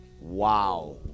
Wow